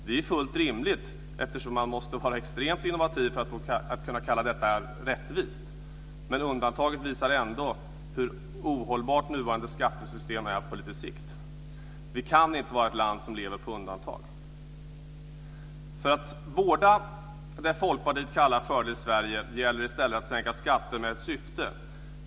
Det är ju fullt rimligt eftersom man måste vara extremt innovativ för att kunna kalla detta rättvist. Men undantagen visar ändå hur ohållbart nuvarande skattesystem är på lite längre sikt. Vi kan inte vara ett land som lever på undantag. För att vårda det som Folkpartiet kallar Fördel Sverige gäller det i stället att sänka skatter med ett syfte.